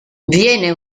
viene